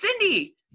Cindy